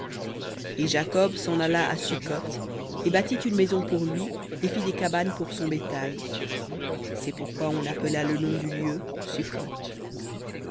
et jacob s'en alla à succoth et bâtit une maison pour lui et fit des cabanes pour son bétail c'est pourquoi on appela le nom du lieu